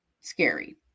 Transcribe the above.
scary